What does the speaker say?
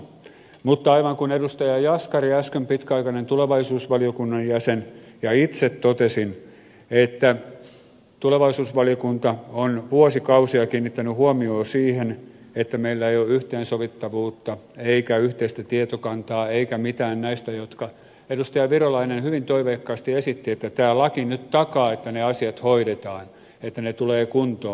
mutta aivan kuin edustaja jaskari totesi äsken pitkäaikainen tulevaisuusvaliokunnan jäsen ja itse totesin tulevaisuusvaliokunta on vuosikausia kiinnittänyt huomiota siihen että meillä ei ole yhteensovitettavuutta eikä yhteistä tietokantaa eikä mitään näistä joista edustaja virolainen hyvin toiveikkaasti esitti että tämä laki nyt takaa että ne asiat hoidetaan että ne tulevat kuntoon